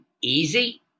easy